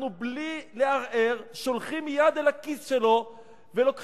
בלי להרהר אנחנו שולחים יד אל הכיס שלו ולוקחים.